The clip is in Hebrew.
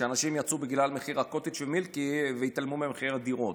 כשאנשים יצאו בגלל מחיר הקוטג' והמילקי והתעלמו ממחיר הדירות.